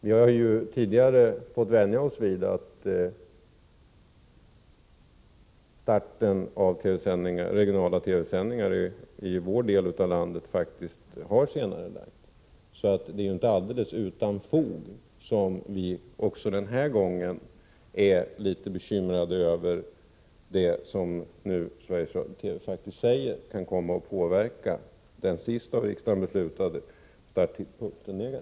Vi har ju tidigare fått vänja oss vid senareläggningar av starten för regionala TV-sändningar i vår del av landet. Det är alltså inte alldeles utan fog som vi också den här gången är litet bekymrade över att det som Sveriges Radio TV nu faktiskt uttalar kan komma att negativt påverka den av riksdagen senast beslutade starttidpunkten.